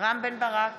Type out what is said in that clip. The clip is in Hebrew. רם בן ברק,